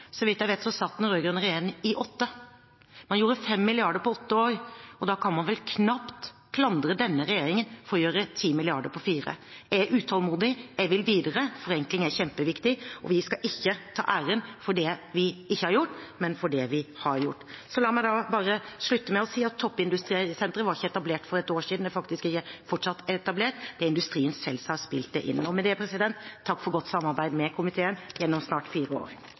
Så vidt jeg vet, satt den rød-grønne regjeringen i åtte. Man gjorde 5 mrd. på åtte år, og da kan man vel knapt klandre denne regjeringen for å gjøre 10 mrd. på fire. Jeg er utålmodig. Jeg vil videre. Forenkling er kjempeviktig. Vi skal ikke ta æren for det vi ikke har gjort, men for det vi har gjort. La meg bare avslutte med å si at Toppindustrisenteret ikke var etablert for ett år siden, og det er industrien selv som har spilt det inn. Og med det: Takk for godt samarbeid med komiteen gjennom snart fire år.